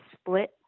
split